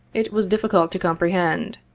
it was difficult to comprehend.